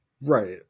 Right